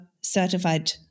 certified